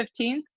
15th